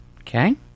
Okay